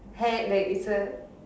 hand like it's a